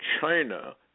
China